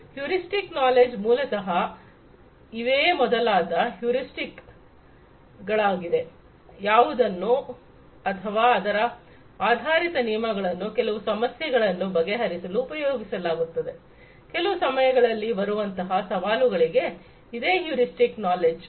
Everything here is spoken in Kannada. ಹ್ಯೂರಿಸ್ಟಿಕ್ ನಾಲೆಡ್ಜ್ ಮೂಲತಹ ಇವೇ ಮೊದಲಾದ ಹ್ಯೂರಿಸ್ಟಿಕ್ ಗಳಾಗಿದೆ ಯಾವುದನ್ನು ಅಥವಾ ಅದರ ಆಧಾರಿತ ನಿಯಮಗಳನ್ನು ಕೆಲವು ಸಮಸ್ಯೆಗಳನ್ನು ಬಗೆಹರಿಸಲು ಉಪಯೋಗಿಸಲಾಗುತ್ತದೆ ಕೆಲವು ಸಮಯಗಳಲ್ಲಿ ಬರುವಂತಹ ಸವಾಲುಗಳಿಗೆ ಇದೆ ಹ್ಯೂರಿಸ್ಟಿಕ್ ನಾಲೆಡ್ಜ್